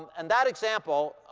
and that example,